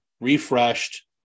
refreshed